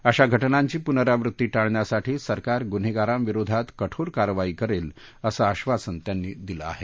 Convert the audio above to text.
अशा घटनांची प्नरावृत्ती टाळण्यासाठी सरकार गुन्हेगारांविरोधात कठोर कारवाई करेल असं आश्वासन त्यांनी दिलं आहे